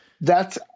thats